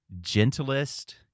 gentlest